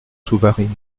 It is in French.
souvarine